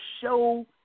show